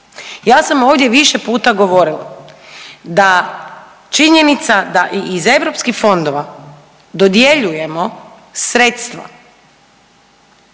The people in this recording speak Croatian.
Ja sam ovdje više puta govorila da činjenica da i iz EU fondova dodjeljujemo sredstva